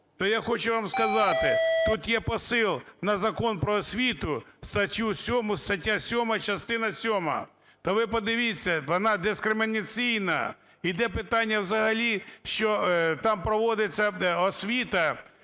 То я хочу вам сказати: тут є посил на Закон "Про освіту" статтю 7, стаття 7 частина сьома, то ви подивіться, вона дискримінаційна. Іде питання взагалі, що там проводиться освіта